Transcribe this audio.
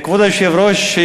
כבוד היושב-ראש,